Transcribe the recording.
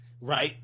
right